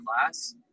class